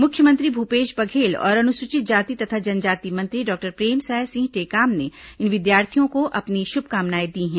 मुख्यमंत्री भूपेश बघेल और अनुसूचित जाति तथा जनजाति मंत्री डॉक्टर प्रेमसाय सिंह टेकाम ने इन विद्यार्थियों को अपनी शुभकामनाएं दी हैं